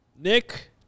Nick